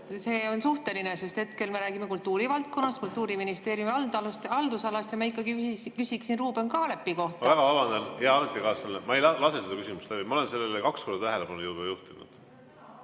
on suhteline, sest hetkel me räägime kultuurivaldkonnast, Kultuuriministeeriumi haldusalast. Ma ikkagi küsiksin Ruuben Kaalepi kohta ... Ma väga vabandan, hea ametikaaslane! Ma ei lase seda küsimust läbi. Ma olen sellele juba kaks korda tähelepanu juhtinud.